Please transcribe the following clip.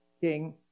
king